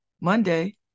Monday